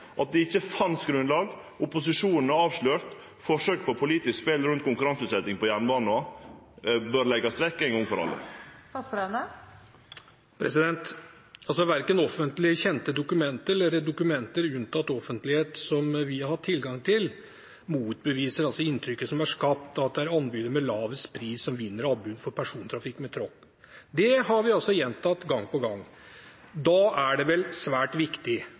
at det ikkje fanst grunnlag for det. Opposisjonen er avslørt. Forsøk på politisk spel rundt konkurranseutsetjing på jernbanen bør leggjast vekk ein gong for alle. Verken offentlig kjente dokumenter eller dokumenter unntatt offentlighet som vi har hatt tilgang til, motbeviser inntrykket som er skapt om at det er tilbydere med lavest pris som vinner anbud for persontrafikk med tog. Det har vi gjentatt gang på gang. Da er det vel svært viktig